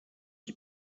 t’y